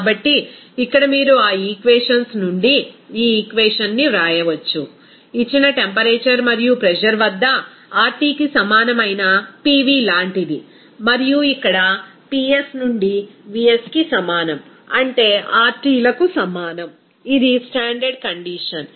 కాబట్టి ఇక్కడ మీరు ఆ ఈక్వేషన్స్ నుండి ఈ ఈక్వేషన్ ని వ్రాయవచ్చు ఇచ్చిన టెంపరేచర్ మరియు ప్రెజర్ వద్ద RTకి సమానమైన PV లాంటిది మరియు ఇక్కడ Ps నుండి Vsకి సమానం అంటే RT లకు సమానం ఇది స్టాండర్డ్ కండిషన్